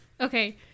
okay